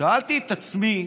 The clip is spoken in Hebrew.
שאלתי את עצמי: